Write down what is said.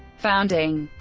founding